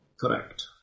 Correct